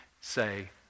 say